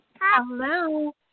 Hello